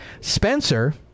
Spencer